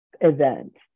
event